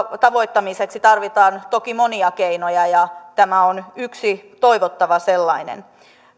tavoittamiseksi tarvitaan toki monia keinoja ja tämä on yksi toivottava sellainen